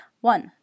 One